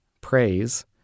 praise